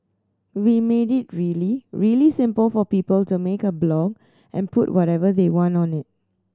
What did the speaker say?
we made it really really simple for people to make a blog and put whatever they want on it